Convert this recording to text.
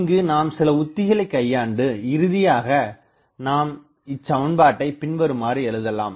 இங்கு நாம் சில உத்திகளைக் கையாண்டு இறுதியாக நாம் இச்சமன்பாட்டைப் பின்வருமாறு எழுதலாம்